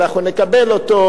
אנחנו נקבל אותו,